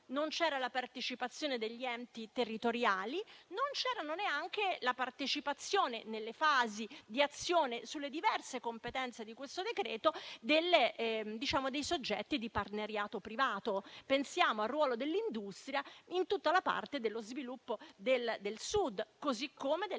non c'era la partecipazione degli enti territoriali, non c'era neanche la partecipazione, nelle fasi di azione sulle diverse competenze di questo decreto, dei soggetti di partenariato privato: pensiamo al ruolo dell'industria in tutta la parte dello sviluppo del Sud, così come delle azioni